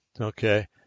Okay